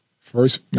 First